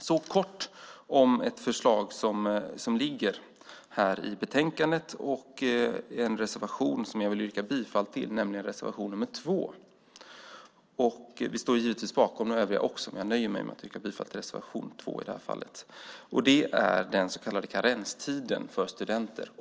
Jag ska också säga något kort om ett förslag i betänkandet och en reservation som jag vill yrka bifall till, nämligen reservation nr 2. Vi står givetvis bakom också de övriga, men jag nöjer mig med att yrka bifall till reservation 2 i det här fallet. Det gäller den så kallade karenstiden för studenter.